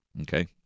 Okay